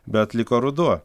bet liko ruduo